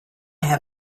have